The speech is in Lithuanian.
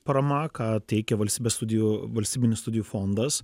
parama ką teikia valstybė studijų valstybinių studijų fondas